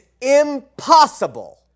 impossible